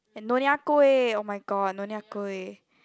and Nyonya-Kueh oh-my-god Nyonya-Kueh